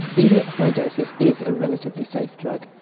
even at high doses, is a relatively safe drug.